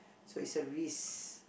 so it's a risk